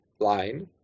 line